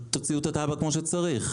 פשוט תוציאו את התב"ע כמו שצריך.